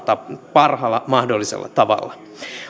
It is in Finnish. parhaalla mahdollisella tavalla